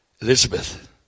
elizabeth